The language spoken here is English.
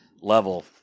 Level